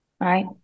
right